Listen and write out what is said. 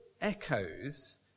echoes